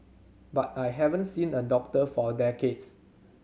but I haven't seen a doctor for decades